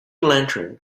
lantern